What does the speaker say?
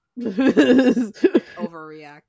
Overreact